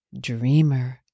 Dreamer